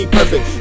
perfect